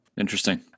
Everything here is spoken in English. interesting